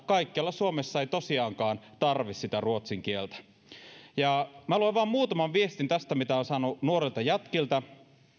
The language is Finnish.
kaikkialla suomessa ei tosiaankaan tarvitse sitä ruotsin kieltä minä luen vain muutaman viestin tästä mitä olen saanut nuorilta jätkiltä